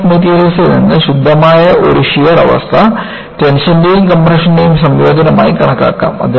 strength of മെറ്റീരിയൽസിൽ നിന്ന് ശുദ്ധമായ ഒരു ഷിയർ അവസ്ഥ ടെൻഷന്റെയും കംപ്രഷന്റെയും സംയോജനമായി കണക്കാക്കാം